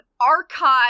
archive